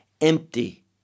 empty